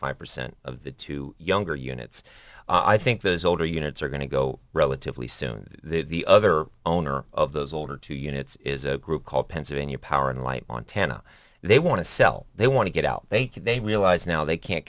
five percent of the two younger units i think those older units are going to go relatively soon the other owner of those older two units is a group called pennsylvania power and light on tanna they want to sell they want to get out they could they realize now they can't